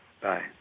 Bye